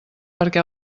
perquè